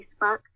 Facebook